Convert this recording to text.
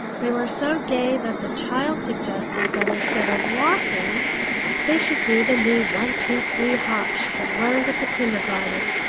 they were so gay that the child suggested that instead of walking they should do the new one-two-three-hop she had learned at the kindergarten.